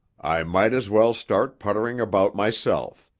i might as well start puttering about myself.